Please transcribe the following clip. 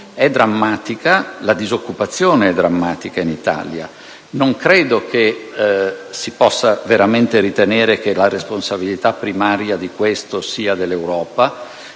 la disoccupazione è drammatica, ma non credo si possa veramente ritenere che la responsabilità primaria di questo sia dell'Europa